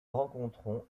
rencontrons